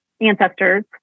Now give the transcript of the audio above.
ancestors